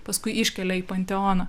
paskui iškelia į panteoną